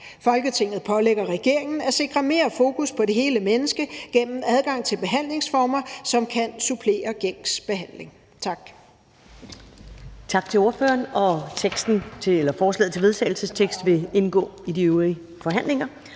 Folketinget pålægger regeringen at sikre mere fokus på det hele menneske gennem adgang til behandlingsformer, som kan supplere gængs behandling«. Tak.